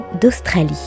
d'Australie